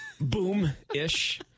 boom-ish